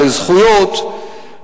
לזכויות,